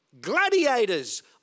Gladiators